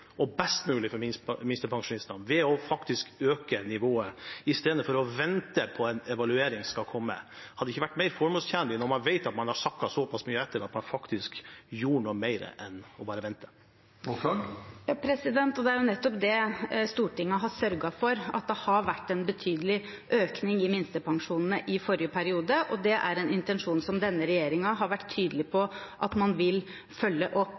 best mulig for minstepensjonistene ved faktisk å øke nivået, i stedet for å vente på at en evaluering skal komme? Hadde det ikke vært mer formålstjenlig, når man vet at de har sakket såpass mye etter, å gjøre noe mer enn bare å vente? Det er nettopp det Stortinget har sørget for – at det har vært en betydelig økning i minstepensjonene i forrige periode – og det er en intensjon som denne regjeringen har vært tydelig på at man vil følge opp.